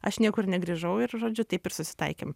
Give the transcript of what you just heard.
aš niekur negrįžau ir žodžiu taip ir susitaikėm